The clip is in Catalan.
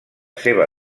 seva